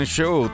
Show